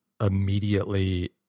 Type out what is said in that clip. immediately